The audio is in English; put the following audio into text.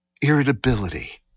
irritability